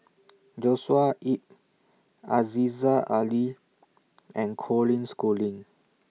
Joshua Ip Aziza Ali and Colin Schooling